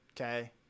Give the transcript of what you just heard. okay